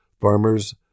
farmers